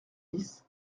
dix